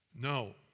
no